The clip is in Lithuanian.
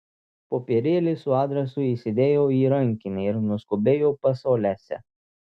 popierėlį su adresu įsidėjau į rankinę ir nuskubėjau pas olesią